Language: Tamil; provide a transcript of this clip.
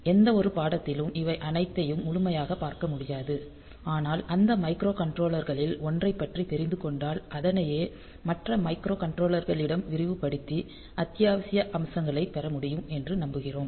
எந்தவொரு பாடத்திலும் இவை அனைத்தையும் முழுமையாகப் பார்க்க முடியாது ஆனால் அந்த மைக்ரோகண்ட்ரோலர்களில் ஒன்றை பற்றி தெரிந்து கொண்டால் அதனையே மற்ற மைக்ரோகண்ட்ரோலர்களிடம் விரிவுபடுத்தி அத்தியாவசிய அம்சங்களை பெற முடியும் என்று நம்புகிறோம்